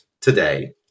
today